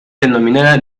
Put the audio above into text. denominada